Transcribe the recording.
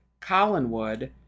Collinwood